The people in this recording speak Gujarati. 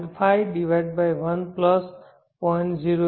100 10